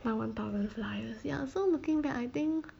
my one thousand flyers ya so looking back I think